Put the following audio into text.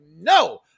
no